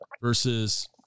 versus